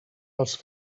dels